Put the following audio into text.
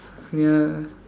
ya